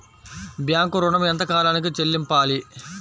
Bank ఋణం ఎంత కాలానికి చెల్లింపాలి?